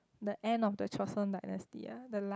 the end of the Joseon dynasty ah the last